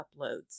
uploads